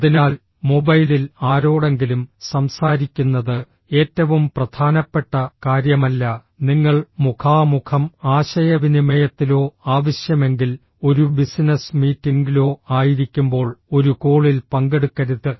അതിനാൽ മൊബൈലിൽ ആരോടെങ്കിലും സംസാരിക്കുന്നത് ഏറ്റവും പ്രധാനപ്പെട്ട കാര്യമല്ല നിങ്ങൾ മുഖാമുഖം ആശയവിനിമയത്തിലോ ആവശ്യമെങ്കിൽ ഒരു ബിസിനസ് മീറ്റിംഗിലോ ആയിരിക്കുമ്പോൾ ഒരു കോളിൽ പങ്കെടുക്കരുത്